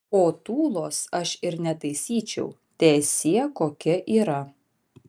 o tūlos aš ir netaisyčiau teesie kokia yra